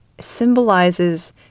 symbolizes